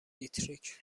دیتریک